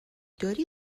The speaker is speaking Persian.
داری